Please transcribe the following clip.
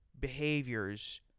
behaviors